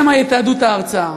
שמא יתעדו את ההרצאה.